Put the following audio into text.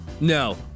No